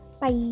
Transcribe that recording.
bye